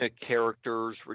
characters